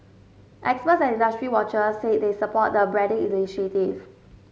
experts and industry watchers say they support the branding initiative